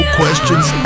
questions